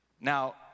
Now